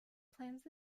plans